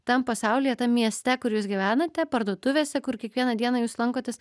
tam pasaulyje tam mieste kur jūs gyvenate parduotuvėse kur kiekvieną dieną jūs lankotės